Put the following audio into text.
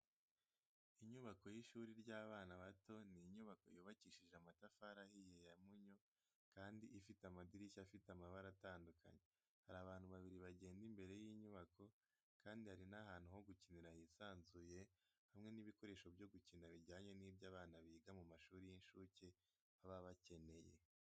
Inyubako y’ishuri ry’abana bato ni iinyubako yubakishije amatafari ahiye ya mpunyu kandi ifite amadirishya afite amabara atandukanye, hari abantu babiri bagenda imbere y’inyubako, kandi hari n'ahantu ho gukinira hisanzuye hamwe n'ibikoresho byo gukina bijyanye n'ibyo abana biga mu mashuri y'incuke baba bakeneye.